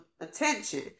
attention